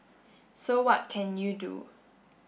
so what can you do